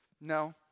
No